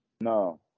No